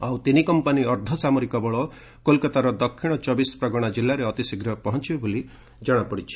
ଆଉ ତିନି କମ୍ପାନି ଅର୍ଦ୍ଧସାମରିକ ବଳ କୋଲକାତାର ଦକ୍ଷିଣ ଚବିଶ ପ୍ରଗଣା ଜିଲ୍ଲାରେ ଅତିଶୀଘ୍ର ପହଞ୍ଚବେ ବୋଲି ଜଣାପଡ଼ିଛି